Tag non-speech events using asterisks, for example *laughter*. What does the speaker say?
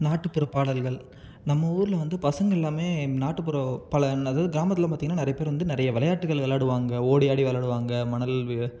நாட்டுப்புற பாடல்கள் நம்ம ஊரில் வந்து பசங்கள் எல்லாம் நாட்டுப்புற பல என்னது கிராமத்துலாம் பார்த்திங்கனா நிறையா பேர் வந்து நிறைய விளையாட்டுகள் விளையாடுவாங்க ஓடி ஆடி விளையாடுவாங்க மணல் *unintelligible*